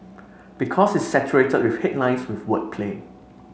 because it's saturated with headlines with wordplay